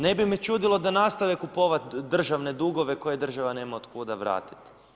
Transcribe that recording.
Ne bi me čudilo da nastave kupovat državne dugove koje država nema od kuda vratiti.